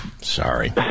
Sorry